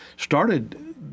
started